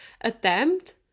attempt